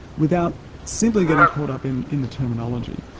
without simply getting caught up in in the terminology.